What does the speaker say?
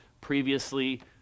previously